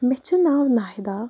مےٚ چھُ ناو ناہِدا